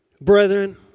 Brethren